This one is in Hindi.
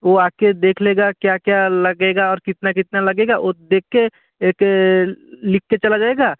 वो आके देख लेगा क्या क्या लगेगा और कितना कितना लगेगा वो देख के एक लिख के चला जाएगा